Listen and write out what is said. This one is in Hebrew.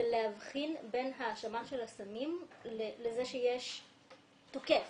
להבחין בין האשמה של הסמים לזה שיש תוקף.